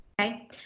Okay